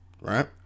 right